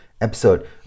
episode